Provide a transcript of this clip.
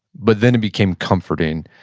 but then it became comforting.